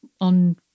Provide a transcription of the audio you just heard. on